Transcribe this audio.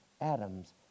atoms